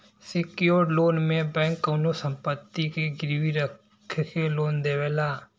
secured loan में bank कउनो संपत्ति के गिरवी रखके लोन देवला